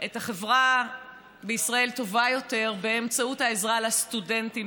את החברה טובה יותר באמצעות העזרה לסטודנטים,